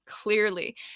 clearly